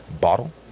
bottle